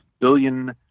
billion